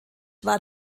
war